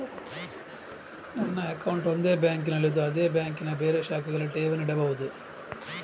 ನನ್ನ ಅಕೌಂಟ್ ಒಂದು ಬ್ಯಾಂಕಿನಲ್ಲಿ ಇದ್ದು ಅದೇ ಬ್ಯಾಂಕಿನ ಬೇರೆ ಶಾಖೆಗಳಲ್ಲಿ ಠೇವಣಿ ಇಡಬಹುದಾ?